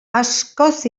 askoz